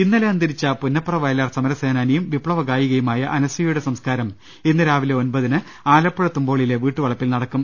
ഇന്നലെ അന്തരിച്ച പുന്നപ്ര വയലാർ സമര സേനാനിയും വിപ്തവ ഗായികയുമായ അനസൂയയുടെ സംസ്കാരം ഇന്ന് രാവിലെ ഒമ്പത് മണിക്ക് ആലപ്പുഴ തുമ്പോളിയിലെ വീട്ടുവളപ്പിൽ നടക്കും